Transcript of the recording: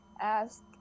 ask